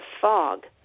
fog